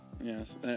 Yes